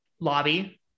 lobby